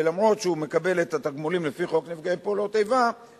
וגם אם הוא מקבל את התגמולים לפי חוק נפגעי פעולות איבה,